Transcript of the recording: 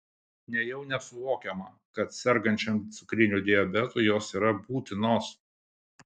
nejau nesuvokiama kad sergančiam cukriniu diabetu jos yra būtinos